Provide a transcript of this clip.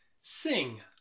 Sing